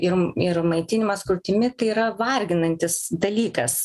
ir ir maitinimas krūtimi tai yra varginantis dalykas